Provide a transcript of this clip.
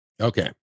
Okay